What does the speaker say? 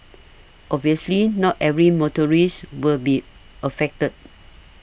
obviously not every motor risk will be affected